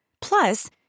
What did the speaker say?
Plus